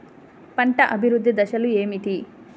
పంట అభివృద్ధి దశలు ఏమిటి?